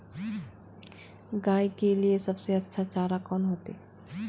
गाय के लिए सबसे अच्छा चारा कौन होते?